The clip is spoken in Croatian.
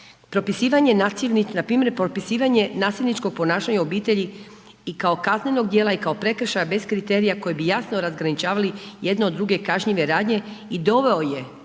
propisivanje nasilničkog ponašanja u obitelji i kao kaznenog dijela i kao prekršaja bez kriterija koje bi jasno razgraničavali jedno od druge kažnjive radnje i doveo je